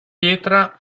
pietra